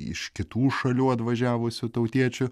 iš kitų šalių atvažiavusių tautiečių